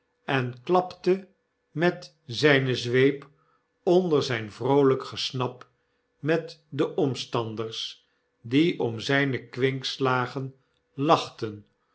en klapte met zyne zweep onder zijn vroolijk gesnap met de omstanders die om zyne kwinltslagen lachten